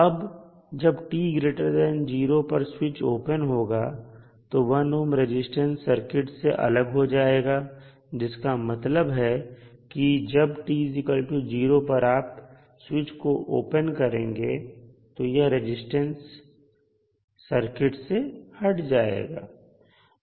अब जब t0 पर स्विच ओपन होगा तो 1 ohm रेजिस्टेंस सर्किट से अलग हो जाएगा जिसका मतलब है कि जब t0 पर आप स्विच को ओपन करेंगे यह रजिस्टेंस सर्किट से हट जाएगा